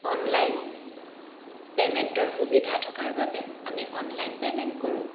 online পে'মেণ্টৰ সুবিধা থকাৰ বাবে আমি অনলাইন পে'মেণ্ট কৰোঁ